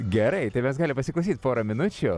gerai tai mes galim pasiklausyt porą minučių